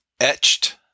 etched